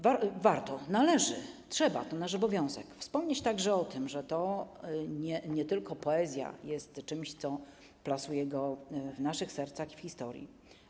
Warto - należy, trzeba, to nasz obowiązek - wspomnieć także o tym, że to nie tylko poezja jest czymś, co plasuje go w naszych sercach i w historii.